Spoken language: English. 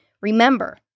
Remember